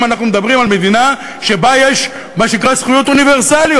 אם אנחנו מדברים על מדינה שבה יש מה שנקרא זכויות אוניברסליות.